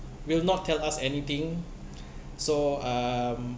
will not tell us anything so um